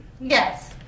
Yes